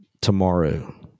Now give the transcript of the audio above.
tomorrow